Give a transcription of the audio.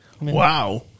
Wow